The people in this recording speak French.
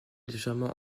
légèrement